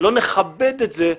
לא נכבד את זה,